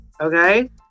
okay